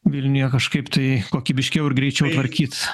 vilniuje kažkaip tai kokybiškiau ir greičiau tvarkyt